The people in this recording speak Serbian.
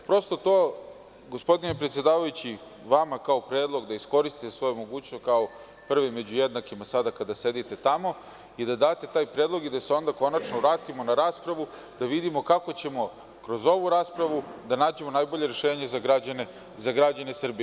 Prosto, gospodine predsedavajući, to vama kao predlog da iskoristite svoju mogućnost, kao prvi među jednakima sada kada sedite tamo, i da date taj predlog i da se onda konačno vratimo na raspravu, da vidimo kako ćemo kroz ovu raspravu da nađemo najbolje rešenje za građane Srbije.